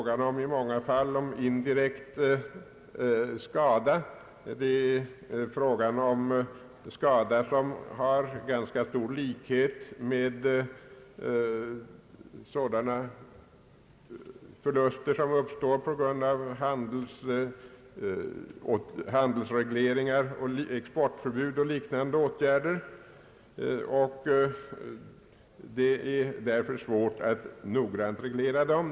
Det är i många fall fråga om indirekt skada och kan vara fråga om skada, som har ganska stor likhet med förluster som uppstår på grund av handelsregleringar, exportförbud och liknande åtgärder. Det är därför svårt att noggrant reglera dem.